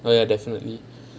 well definitely